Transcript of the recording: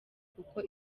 kuko